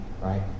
right